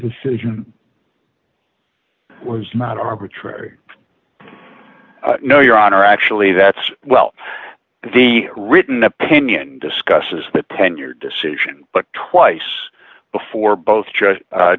decision it was not arbitrary no your honor actually that's well the written opinion discusses the ten year decision but twice before both